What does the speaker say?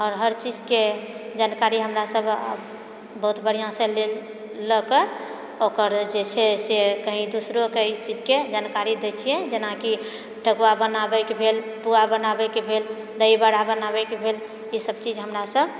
आओर हर चीजके जानकारी हमरासभ बहुत बढिआँसँ लेल लऽकऽ ओकर जे छै से कहीं दोसरोकऽ ई चीजके जानकारी दैत छियै जेनाकि ठकुआ बनाबयके भेल पुआ बनाबयके भेल दहिबारा बनाबयके भेल ईसभ चीज हमरासभ